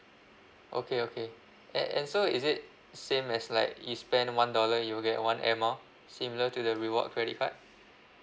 okay okay a~ and so is it same as like you spend one dollar you will get one air miles similar to the reward credit card